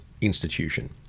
institution